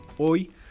Hoy